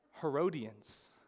Herodians